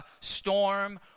storm